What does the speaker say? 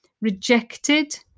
Rejected